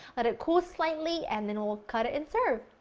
let it cool slightly, and then we'll cut it and serve!